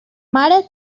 mare